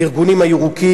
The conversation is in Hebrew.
הארגונים הירוקים.